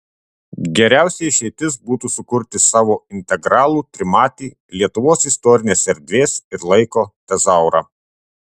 geriausia išeitis būtų sukurti savo integralų trimatį lietuvos istorinės erdvės ir laiko tezaurą